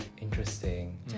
Interesting